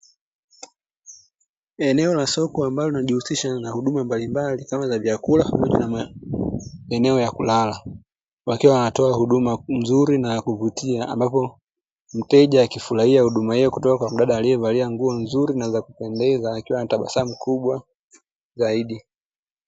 Eneo la soko, ambalo linajihusisha na huduma mbalimbali kama za vyakula pamoja na maeneo ya kulala, wakiwa wanatoa huduma nzuri na ya kuvutia ambapo mteja akifurahia huduma hiyo kutoka kwa mdada aliyevalia nguo nzuri na za kupendeza akiwa na tabasamu kubwa zaidi.